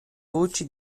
voce